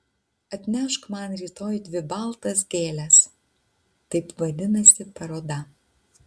atnešk man rytoj dvi baltas gėles taip vadinasi paroda